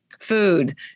food